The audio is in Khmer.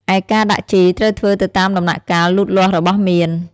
ឯការដាក់ជីត្រូវធ្វើទៅតាមដំណាក់កាលលូតលាស់របស់មៀន។